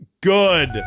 good